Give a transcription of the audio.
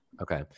Okay